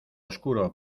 oscuro